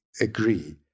agree